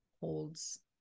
holds